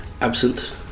absent